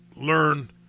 learn